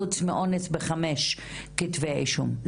חוץ ממקרי האונס שבתוכם בעוד כחמישה כתבי אישום.